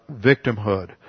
victimhood